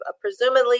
presumably